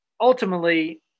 ultimately